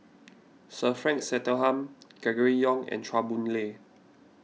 Sir Frank Swettenham Gregory Yong and Chua Boon Lay